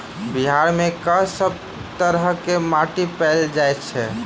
बिहार मे कऽ सब तरहक माटि पैल जाय छै?